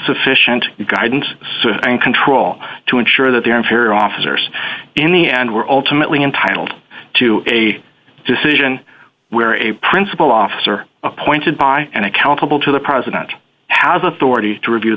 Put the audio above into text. sufficient guidance and control to ensure that they're inferior officers in the end were ultimately entitled to a decision where a principal officer appointed by and accountable to the president has authority to review